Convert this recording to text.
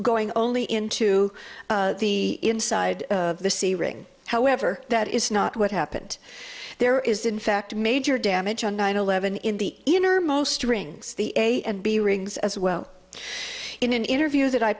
going only into the inside of the c ring however that is not what happened there is in fact major damage on nine eleven in the innermost rings the a and b rings as well in an interview that i